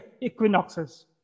Equinoxes